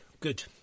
Good